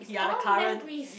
all memories